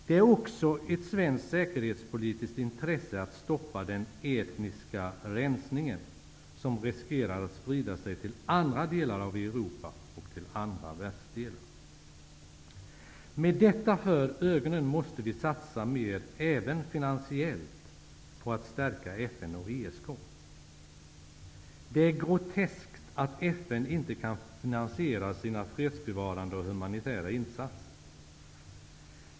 Det är också av svenskt säkerhetspolitiskt intresse att stoppa den etniska rensning som riskerar att sprida sig till andra delar av Europa och till även andra världsdelar. Med detta för ögonen måste vi satsa mer -- även finansiellt -- på att stärka FN och ESK. Det är groteskt att FN inte kan finansiera sina fredsbevarande och humanitära insatser.